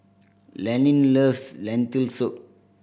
Levin loves Lentil Soup